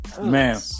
Man